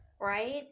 right